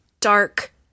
dark